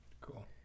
Cool